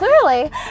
Clearly